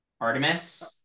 Artemis